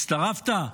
הצטרפת?